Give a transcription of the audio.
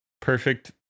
perfect